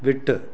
விட்டு